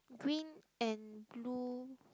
green and blue